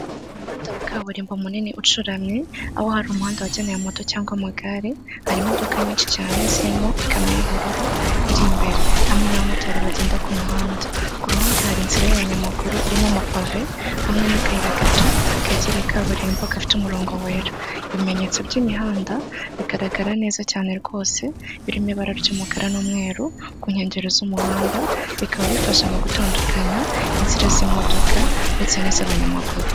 Umuhanda wa kaburimbo munini ucuramye, aho hari umuhanda wagenewe moto cyangwa amagare, hari imodoka nyinshi cyane zirimo ikamyo y'ubururu iri imbere, hamwe n'abamotari bagenda ku muhanda. Ku ruhande hari inzira y'abanyamaguru irimo amapave, hamwe n'akayira gato kegereye kaburimbo gafite umurongo wera, ibimenyetso by'imihanda bigaragara neza cyane rwose, birimo ibara ry'umukara n'umweru ku nkengero z'umuhanda, bikaba bifasha mu gutandukanya inzira z'imodoka ndetse n'iz'abanyamaguru.